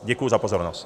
Děkuji za pozornost.